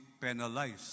penalized